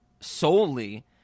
solely